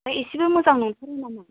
ओमफ्राय एसेबो मोजां नंथारा नामा